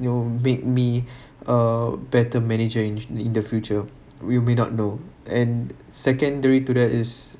you know make me a better manager in the in the future we may not know and secondary to that is